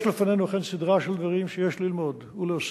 יש לפנינו, אכן, סדרה של דברים שיש ללמוד ולהוסיף.